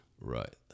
Right